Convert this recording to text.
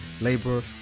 labor